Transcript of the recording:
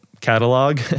catalog